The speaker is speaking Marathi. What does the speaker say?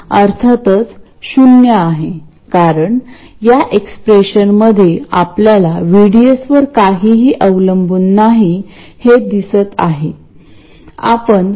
हे दिले तर आपण हे कॉमन सोर्स एम्पलीफायर मध्ये बदलण्याच्या प्रयत्न करू शकतो तर हे करूया